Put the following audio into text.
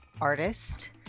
artist